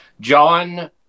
John